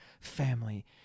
family